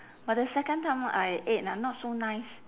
but the second time I ate ah not so nice